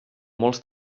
molts